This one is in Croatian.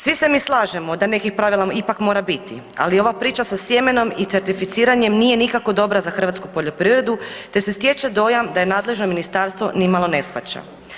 Svi se mi slažemo da nekih pravila ipak mora biti, ali ova priča sa sjemenom i certificiranjem nije nikako dobra za hrvatsku poljoprivredu te se stječe dojam da je nadležno ministarstvo nimalo ne shvaća.